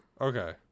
okay